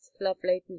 love-laden